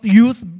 youth